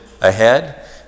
ahead